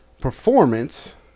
performance